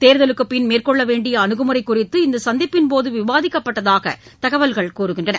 தேர்தலுக்கு பின் மேற்கொள்ள வேண்டிய அனுகுமுறை குறித்து இந்த சந்திப்பின் போது விவாதிக்கப்பட்டதாக தகவல்கள் தெரிவிக்கின்றன